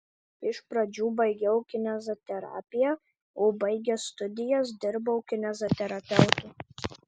iš pradžių baigiau kineziterapiją o baigęs studijas dirbau kineziterapeutu